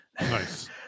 Nice